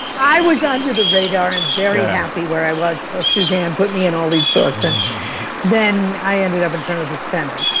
i was under the radar and very happy where i was until suzanne put me in all these books. and then, i ended up in front of the senate.